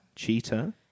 Cheetah